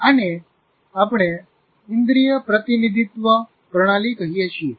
આને આપણે ઇન્દ્રિય પ્રતિનિધિત્વ પ્રણાલી કહીએ છીએ